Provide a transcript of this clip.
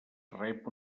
rep